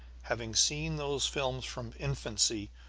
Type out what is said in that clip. having seen those films from infancy,